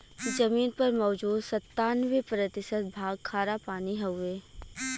जमीन पर मौजूद सत्तानबे प्रतिशत भाग खारापानी हउवे